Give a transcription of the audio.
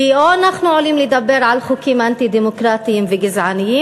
כי או שאנחנו עולים לדבר על חוקים אנטי-דמוקרטיים וגזעניים,